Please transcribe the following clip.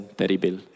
teribil